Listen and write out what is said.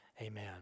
Amen